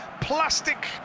plastic